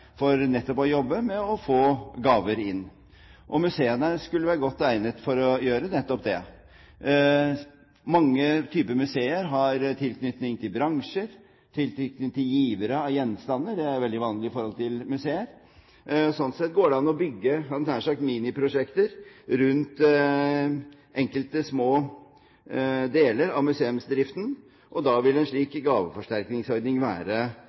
for nettopp å jobbe med å få gaver inn. Museene skulle være godt egnet for å gjøre nettopp det. Mange typer museer har tilknytning til bransjer, tilknytning til givere av gjenstander – det er veldig vanlig for museer. Slik sett går det an å bygge – hadde jeg nær sagt – miniprosjekter rundt enkelte små deler av museumsdriften. Da vil en slik gaveforsterkningsording være